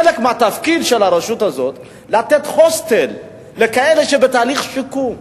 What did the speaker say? שחלק מהתפקיד של הרשות הזאת הוא לתת הוסטל לכאלה שבתהליך שיקום.